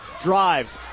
drives